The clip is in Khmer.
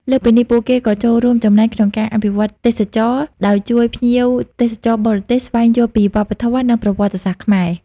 លើសពីនេះ ពួកគេក៏ចូលរួមចំណែកក្នុងការអភិវឌ្ឍទេសចរណ៍ ដោយជួយភ្ញៀវទេសចរបរទេសស្វែងយល់ពីវប្បធម៌ និងប្រវត្តិសាស្ត្រខ្មែរ។